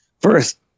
first